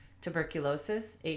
tuberculosis